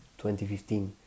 2015